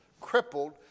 crippled